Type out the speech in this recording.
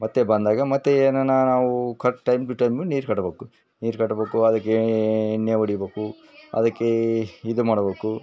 ಮತ್ತು ಬಂದಾಗ ಮತ್ತು ಏನನ ನಾವು ಕರ್ಟೈಮ್ ಬಿಟ್ಟಾದ ಮೇಲೆ ನೀರು ಕಟ್ಬೇಕು ನೀರು ಕಟ್ಬೇಕು ಅದಕ್ಕೆ ಎಣ್ಣೆ ಹೊಡಿಬೇಕು ಅದಕ್ಕೆ ಇದು ಮಾಡ್ಬೇಕು